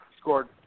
scored